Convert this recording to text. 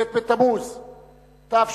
ב' בתמוז תש"ע,